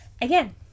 again